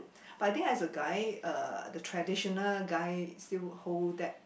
but I think as a guy uh the traditional guy still hold that